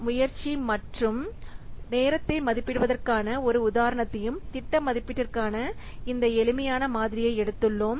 முயற்சி மற்றும் நேரத்தை மதிப்பிடுவதற்கான ஒரு உதாரணத்தையும் திட்ட மதிப்பீட்டிற்கான இந்த எளிமையான மாதிரியையும் எடுத்துள்ளோம்